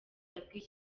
yabwiye